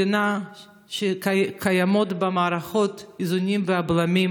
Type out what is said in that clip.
מדינה שקיימות בה מערכות של איזונים ובלמים,